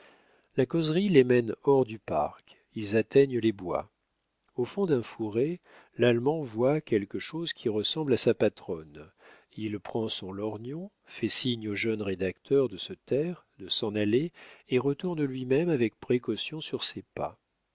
la causerie les mène hors du parc ils atteignent les bois au fond d'un fourré l'allemand voit quelque chose qui ressemble à sa patronne il prend son lorgnon fait signe au jeune rédacteur de se taire de s'en aller et retourne lui-même avec précaution sur ses pas